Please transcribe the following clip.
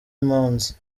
impunzi